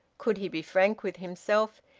could he be frank with himself,